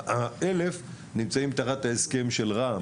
וה-1,000 הנוספות נמצאות תחת ההסכם של רע"מ,